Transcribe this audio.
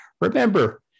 remember